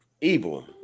evil